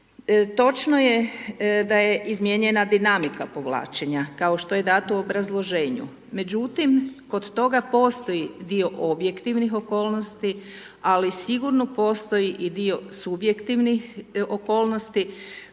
Točno je da je izmijenjena dinamika povlačenja, kao što je dato u obrazloženju. Međutim, kod toga postoji dio objektivnih okolnosti, ali sigurno postoji i dio subjektivnih okolnosti